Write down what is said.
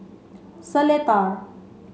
Seletar